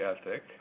ethic